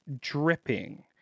dripping